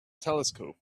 telescope